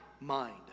mind